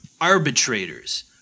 arbitrators